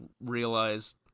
realized